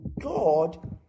God